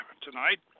tonight